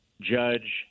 judge